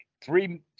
three